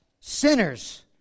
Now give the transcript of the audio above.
sinners